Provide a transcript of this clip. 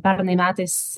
pernai metais